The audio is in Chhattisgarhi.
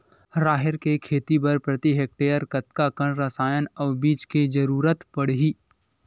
राहेर के खेती बर प्रति हेक्टेयर कतका कन रसायन अउ बीज के जरूरत पड़ही?